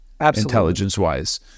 intelligence-wise